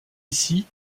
ici